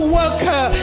worker